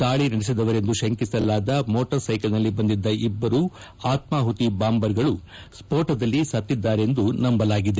ದಾಳಿ ನಡೆಸಿದವರೆಂದು ತಂಕಿಸಲಾದ ಮೋಟಾರ್ ಸೈಕಲ್ನಲ್ಲಿ ಬಂದಿದ್ದ ಇಬ್ಬರು ಆತ್ಮಾತಿ ಬಾಂಬರ್ಗಳು ಸ್ಫೋಟದಲ್ಲಿ ಸತ್ತಿದ್ದಾರೆಂದು ನಂಬಲಾಗಿದೆ